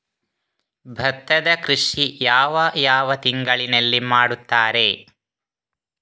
ಭತ್ತದ ಕೃಷಿ ಯಾವ ಯಾವ ತಿಂಗಳಿನಲ್ಲಿ ಮಾಡುತ್ತಾರೆ?